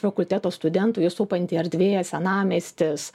fakulteto studentų juos supanti erdvė senamiestis